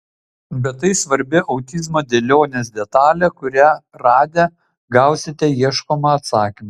bet tai svarbi autizmo dėlionės detalė kurią radę gausite ieškomą atsakymą